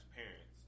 parents